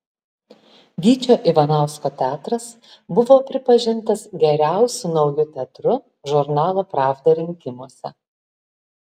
gyčio ivanausko teatras buvo pripažintas geriausiu nauju teatru žurnalo pravda rinkimuose